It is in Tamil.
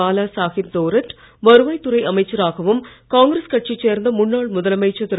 பாலா சாஹிப் தோரட் வருவாய்துறை அமைச்சராகவும் காங்கிரஸ் கட்சியைச் சேர்ந்த முன்னாள் முதலமைச்சர் திரு